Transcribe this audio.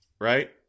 Right